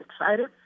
excited